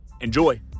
Enjoy